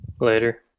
Later